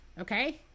okay